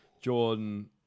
Jordan